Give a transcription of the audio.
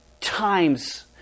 times